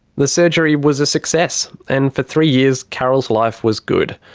the surgery was a success and for three years carol's life was good.